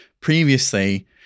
Previously